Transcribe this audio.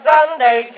Sunday